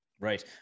Right